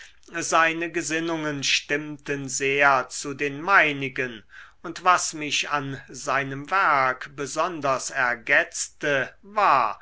seine gesinnungen stimmten sehr zu den meinigen und was mich an seinem werk besonders ergetzte war